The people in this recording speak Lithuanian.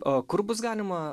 o kur bus galima